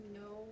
no